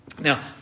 Now